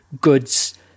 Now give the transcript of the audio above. goods